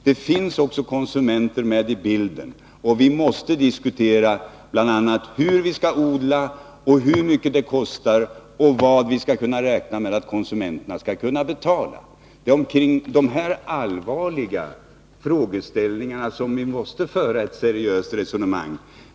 Det finns också konsumenter med i bilden, och vi måste diskutera bl.a. hur vi skall odla, hur mycket det kostar och vad vi kan räkna med att konsumenterna skall kunna betala. Det är omkring de allvarliga frågeställningarna som vi måste föra ett seriöst resonemang. Herr talman!